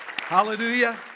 hallelujah